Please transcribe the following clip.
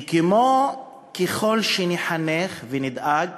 וכמו שככל שנחנך ונדאג